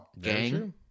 gang